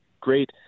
great